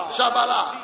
Shabala